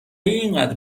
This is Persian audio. اینقدر